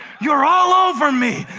you're all over me.